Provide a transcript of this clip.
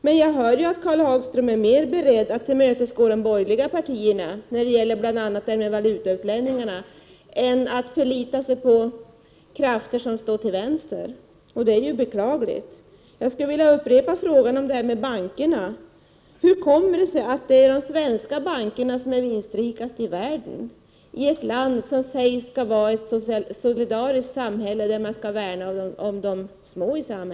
Men jag hör ju att Karl Hagström är mera beredd att tillmötesgå de borgerliga partierna, bl.a. när det gäller valutautlänningarna, än att förlita sig på krafter som står till vänster, och det är beklagligt. Jag skulle vilja upprepa frågan om bankerna: Hur kommer det sig att de svenska bankerna är de vinstrikaste i världen, i ett land som sägs vara ett solidariskt samhälle där man skall värna om de små?